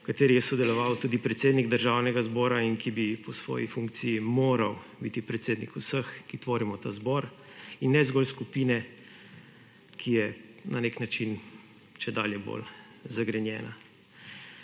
v kateri je sodeloval tudi predsednik Državnega zbora in ki bi po svoji funkciji moral biti predsednik vseh, ki tvorimo ta zbor, in ne zgolj skupine, ki je na nek način čedalje bolj zagrenjena.